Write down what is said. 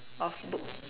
of book